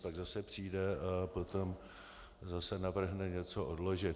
Pak zase přijde a potom zase navrhne něco odložit.